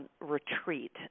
Retreat